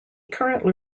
currently